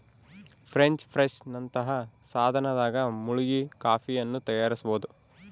French press ನಂತಹ ಸಾಧನದಾಗ ಮುಳುಗಿ ಕಾಫಿಯನ್ನು ತಯಾರಿಸಬೋದು